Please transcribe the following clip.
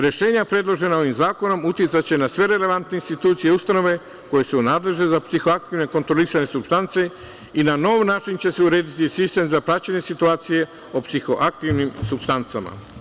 Rešenja predložena ovim zakonom uticaće na sve relevantne institucije i ustanove koje su nadležne za psihoaktivne kontrolisane supstance i na nov način će se urediti sistem za praćenje situacije o psihoaktivnim supstancama.